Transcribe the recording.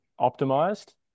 optimized